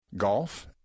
Golf